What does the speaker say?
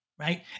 right